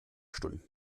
stunden